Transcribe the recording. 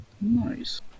Nice